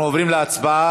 אנחנו עוברים להצבעה.